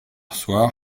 soir